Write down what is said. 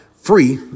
Free